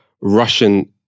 Russian